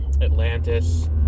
Atlantis